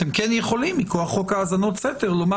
אתם כן יכולים מכוח חוק האזנות סתר לומר: